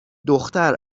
دختر